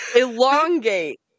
Elongate